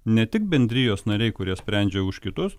ne tik bendrijos nariai kurie sprendžia už kitus